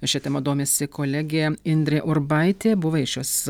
šia tema domisi kolegė indrė urbaitė buvai šios